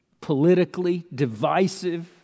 politically-divisive